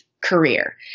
career